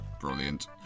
Brilliant